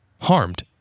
harmed